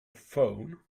phone